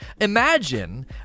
imagine